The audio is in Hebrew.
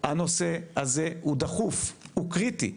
הנושא הזה הוא דחוף, הוא קריטי.